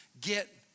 get